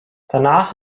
danach